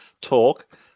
talk